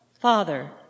Father